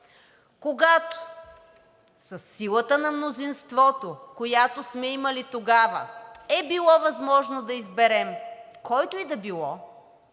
когато със силата на мнозинството, която сме имали тогава, е било възможно да изберем когото и да било